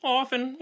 often